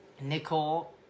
Nicole